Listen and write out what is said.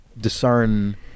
discern